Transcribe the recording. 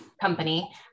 company